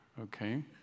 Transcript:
okay